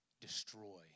destroy